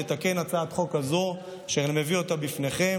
לתקן הצעת חוק הזו אשר אני מביא בפניכם,